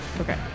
Okay